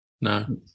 No